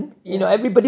ya